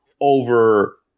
over